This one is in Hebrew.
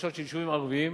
בבקשות של יישובים ערביים,